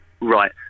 Right